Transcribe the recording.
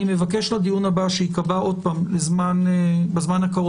אני מבקש לדיון הבא שייקבע בזמן הקרוב,